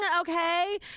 okay